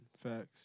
facts